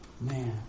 Man